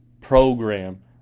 program